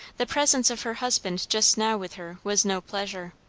the presence of her husband just now with her was no pleasure.